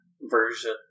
version